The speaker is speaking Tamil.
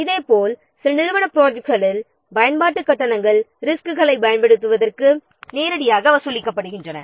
இதேபோல் சில நிறுவன ப்ராஜெக்ட்களில் பயன்பாட்டுக் கட்டணங்கள் ரிஸ்க்களைப் பயன்படுத்துவதற்கு நேரடியாக வசூலிக்கப்படுகின்றன